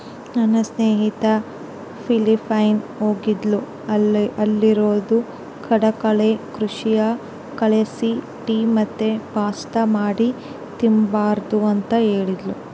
ನನ್ನ ಸ್ನೇಹಿತೆ ಫಿಲಿಪೈನ್ಸ್ ಹೋಗಿದ್ದ್ಲು ಅಲ್ಲೇರು ಕಡಲಕಳೆ ಕೃಷಿಯ ಕಳೆಲಾಸಿ ಟೀ ಮತ್ತೆ ಪಾಸ್ತಾ ಮಾಡಿ ತಿಂಬ್ತಾರ ಅಂತ ಹೇಳ್ತದ್ಲು